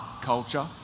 culture